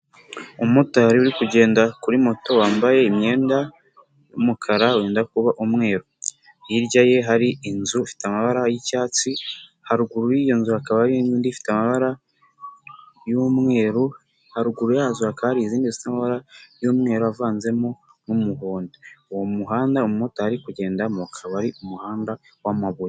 umumotari uri kugenda kuri moto wambaye imyenda ,y'umukara wenda kuba umweru hirya ye hari inzu ifite amabara y'icyatsi, haruguru y'iyo nzu hakaba hari indi ifite amabara y'umweru , yazo hakaba hari izindi zifite amabara y'umweru avanzemo n'umuhondo, uwo muhanda umumotari ari kugenda akaba ari umuhanda w'amabuye.